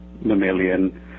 mammalian